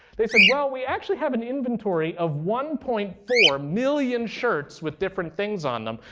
they said, well, we actually have an inventory of one point four million shirts with different things on them,